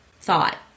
thought